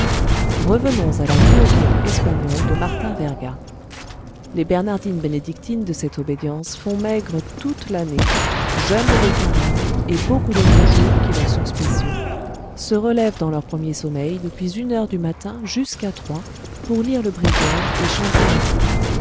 revenons à la dure règle espagnole de martin verga les bernardines bénédictines de cette obédience font maigre toute l'année jeûnent le carême et beaucoup d'autres jours qui leur sont spéciaux se relèvent dans leur premier sommeil depuis une heure du matin jusqu'à trois pour lire le bréviaire et chanter